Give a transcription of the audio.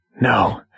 No